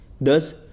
thus